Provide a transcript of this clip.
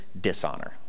dishonor